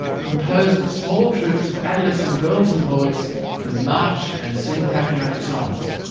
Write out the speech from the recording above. composed of small troops of adolescent girls and boys who march and sing patriotic songs.